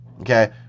Okay